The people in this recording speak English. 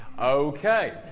Okay